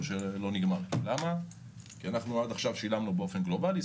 שאינו נגמר כי עד עכשיו שילמנו באופן גלובלי.